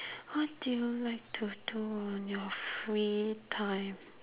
what do you like to do on your free time